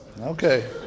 Okay